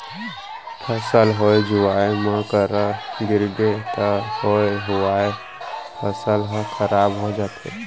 फसल होए हुवाए म करा गिरगे त होए हुवाए फसल ह खराब हो जाथे